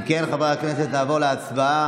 אם כן, חברי הכנסת, נעבור להצבעה.